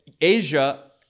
Asia